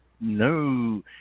No